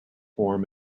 form